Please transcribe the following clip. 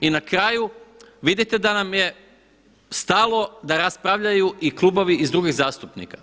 I na kraju, vidite da nam je stalo da raspravljaju i klubovi iz drugih zastupnika.